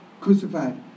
Crucified